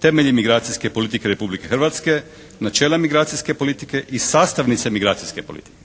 Temelji migracijske politike Republike Hrvatske, Načelo migracijske politike i Sastavnice migracijske politike.